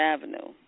Avenue